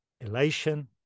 elation